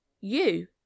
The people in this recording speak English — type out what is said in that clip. You